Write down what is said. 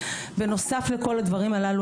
בנוסף לכל הדברים הללו,